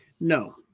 no